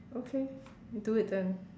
okay you do it then